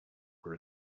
were